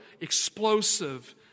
explosive